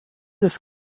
des